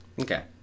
okay